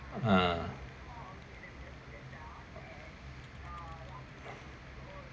uh